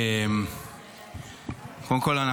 קודם כול,